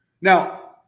Now